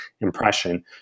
impression